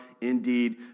indeed